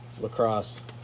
lacrosse